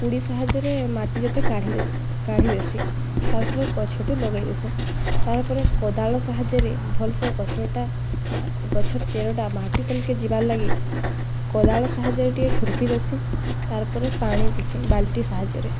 କୁଡି ସାହାଯ୍ୟରେ ମାଟି ଯେତେ କାଢି କାଢି ଦେସିଁ ତା'ପରେ ଗଛଟି ଲଗେଇ ଦେସିଁ ତା'ପରେ କୋଦାଲ ସାହାଯ୍ୟରେ ଭଲ୍ ସେ ଗଛଟା ଗଛର୍ ଚେରଟା ମାଟି ତଲ୍କେ ଯିବାର୍ଲାଗି କୋଦାଳ ସାହାଯ୍ୟରେ ଟିକେ ଖୁର୍ପି ଦେସିଁ ତାର୍ପରେ ପାଣି ଦେସିଁ ବାଲ୍ଟି ସାହାଯ୍ୟରେ